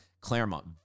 Claremont